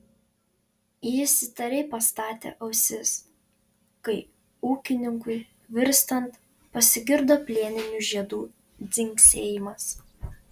jis įtariai pastatė ausis kai ūkininkui virstant pasigirdo plieninių žiedų dzingsėjimas